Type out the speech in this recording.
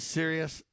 serious